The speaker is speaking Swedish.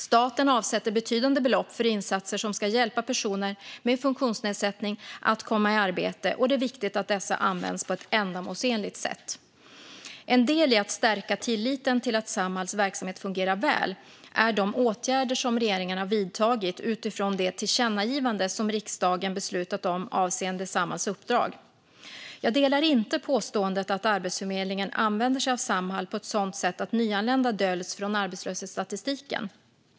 Staten avsätter betydande belopp för insatser som ska hjälpa personer med funktionsnedsättning att komma i arbete, och det är viktigt att dessa används på ett ändamålsenligt sätt. En del i att stärka tilliten till att Samhalls verksamhet fungerar väl är de åtgärder som regeringen vidtagit utifrån det tillkännagivande som riksdagen beslutat om avseende Samhalls uppdrag. Jag instämmer inte i påståendet att Arbetsförmedlingen använder sig av Samhall på ett sådant sätt att nyanlända döljs från arbetslöshetsstatistiken.